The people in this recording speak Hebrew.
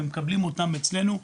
מקבלים אותם אצלנו,